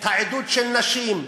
את העדות של נשים,